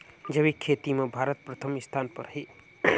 जैविक खेती म भारत प्रथम स्थान पर हे